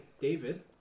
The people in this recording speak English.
David